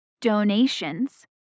donations